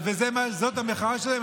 וזאת המחאה שלהם,